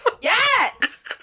Yes